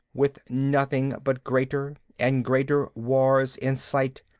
with nothing but greater and greater wars in sight,